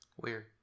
weird